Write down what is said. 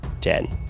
ten